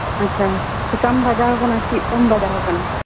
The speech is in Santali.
ᱟᱪᱪᱷᱟ ᱪᱤᱠᱟᱢ ᱵᱟᱡᱟᱣ ᱟᱠᱟᱱᱟ ᱟᱨ ᱪᱮᱫ ᱛᱮᱢ ᱵᱟᱡᱟᱣ ᱟᱠᱟᱱᱟ